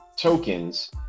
tokens